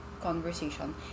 conversation